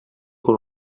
con